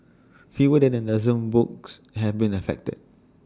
fewer than A dozen books have been affected